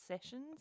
sessions